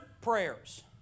prayers